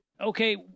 okay –